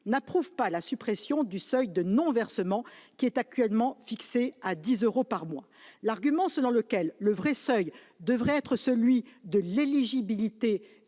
n'approuve pas la suppression du seuil de non-versement, qui est actuellement fixé à 10 euros par mois. L'argument selon lequel le vrai seuil devrait être celui de l'éligibilité